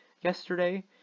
yesterday